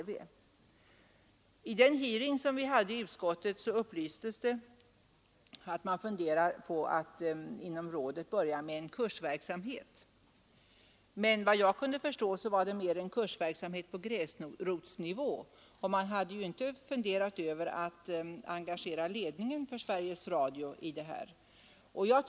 Vid den hearing som vi hade i utskottet upplystes det att man funderar på att inom rådet börja med en kursverksamhet. Men vad jag kunde förstå var det mer än kursverksamhet på gräsrotsnivå. Man hade inte funderat över att engagera ledningen för Sveriges Radio i den verksamheten.